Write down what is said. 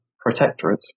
protectorate